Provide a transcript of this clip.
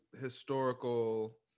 historical